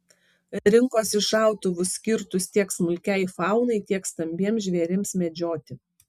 rinkosi šautuvus skirtus tiek smulkiai faunai tiek stambiems žvėrims medžioti